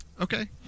Okay